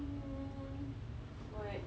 hmm oh wait